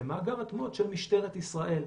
למאגר התמונות של משטרת ישראל,